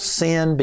sin